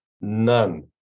None